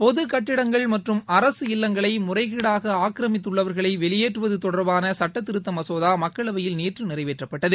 பொதுக் கட்டிடங்கள் மற்றும் அரசு இல்லங்களை முறைகேடாக ஆக்கிரமித்துள்ளவர்களை வெளியேற்றுது தொடர்பான சட்டத்திருத்த மசோதா மக்களவையில் நேற்று நிறைவேற்றப்பட்டது